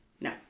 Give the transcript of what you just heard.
No